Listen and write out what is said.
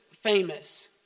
famous